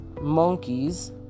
monkeys